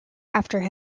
after